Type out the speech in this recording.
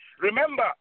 Remember